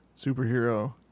Superhero